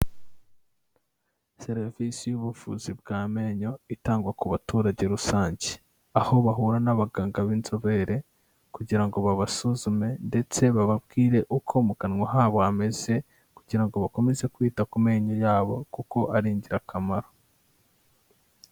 Serivisi y'ubuvuzi bw'amenyo itangwa ku baturage rusange, aho bahura n'abaganga b'inzobere kugira ngo babasuzume, ndetse bababwire uko mu kanwa kabo hameze, kugira ngo bakomeze kwita ku menyo yabo kuko ari ingirakamaro.